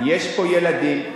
יש פה צנעת הפרט.